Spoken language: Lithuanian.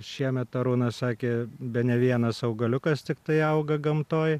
šiemet arūnas sakė bene vienas augaliukas tiktai auga gamtoj